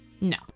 No